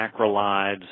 macrolides